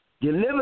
Deliver